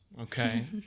Okay